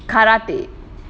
karate